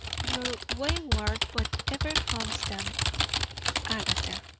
your wayward but ever-constant agatha.